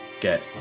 get